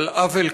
על עוול קשה,